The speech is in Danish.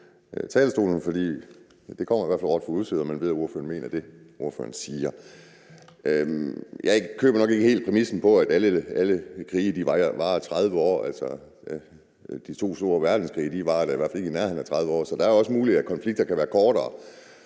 Jeg køber nok ikke helt den præmis, at alle krige varer 30 år. Altså de to store verdenskrige varede da i hvert fald ikke i nærheden af 30 år, så det er også muligt, at konflikter kan være kortere.